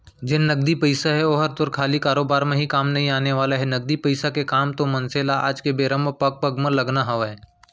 जेन नगदी पइसा हे ओहर खाली तोर कारोबार म ही काम नइ आने वाला हे, नगदी पइसा के काम तो मनसे ल आज के बेरा म पग पग म लगना हवय